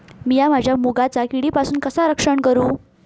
मीया माझ्या मुगाचा किडीपासून कसा रक्षण करू?